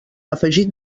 afegit